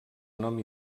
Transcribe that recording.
nom